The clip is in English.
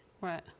Right